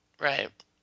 right